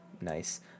Nice